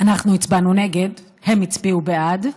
אנחנו הצבענו נגד, הם הצביעו בעד,